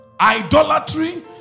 idolatry